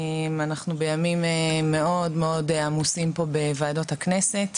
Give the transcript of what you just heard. אנחנו בימים מאוד-מאוד עמוסים בוועדות הכנסת